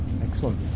Excellent